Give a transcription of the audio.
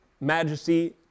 majesty